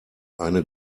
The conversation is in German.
eine